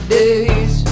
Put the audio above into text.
days